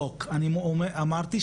ללימוד איך לטפל בזה.